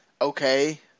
Okay